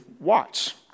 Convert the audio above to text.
watch